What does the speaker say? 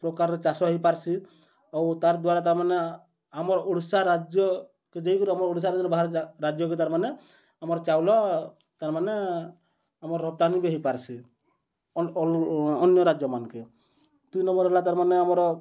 ପ୍ରକାର୍ର ଚାଷ ହେଇପାର୍ସି ଆଉ ତା'ର୍ଦ୍ୱାରା ତା'ର୍ମାନେ ଆମର୍ ଓଡ଼ିଶା ରାଜ୍ୟକେ ଯାଇକିରି ଆମର୍ ଓଡ଼ିଶା ରାଜ୍ୟ ବାହାରର୍ ରାଜ୍ୟକେ ତା'ର୍ମାନେ ଆମର୍ ଚାଉଳ ତା'ର୍ମାନେ ଆମର୍ ରପ୍ତାନୀ ବି ହେଇପାର୍ସି ଅନ୍ୟ ରାଜ୍ୟମାନ୍ଙ୍କେ ଦୁଇ ନମ୍ବର୍ ହେଲା ତା'ର୍ମାନେ ଆମର୍